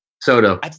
Soto